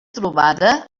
trobada